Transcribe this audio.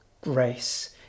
grace